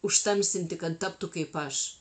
užtamsinti kad taptų kaip aš